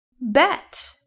bet